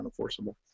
unenforceable